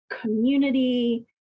community